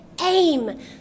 aim